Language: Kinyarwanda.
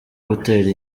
gutera